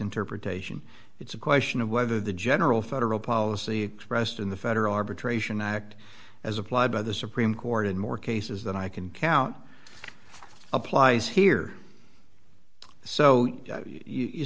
interpretation it's a question of whether the general federal policy expressed in the federal arbitration act as applied by the supreme court in more cases than i can count applies here so you